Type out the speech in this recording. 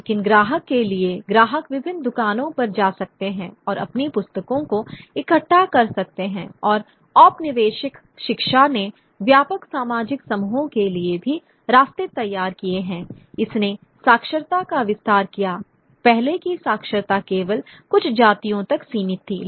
लेकिन ग्राहक के लिए ग्राहक विभिन्न दुकानों पर जा सकते हैं और अपनी पुस्तकों को इकट्ठा कर सकते हैं और औपनिवेशिक शिक्षा ने व्यापक सामाजिक समूहों के लिए भी रास्ते तैयार किए हैं इसने साक्षरता का विस्तार किया पहले की साक्षरता केवल कुछ जातियों तक सीमित थी